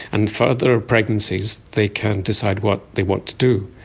and further pregnancies, they can decide what they want to do.